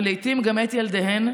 ולעיתים גם את ילדיהן,